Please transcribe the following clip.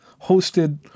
hosted